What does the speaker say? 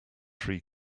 free